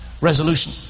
resolution